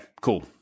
cool